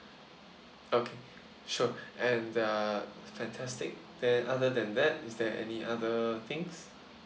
okay sure and uh fantastic then other than that is there any other things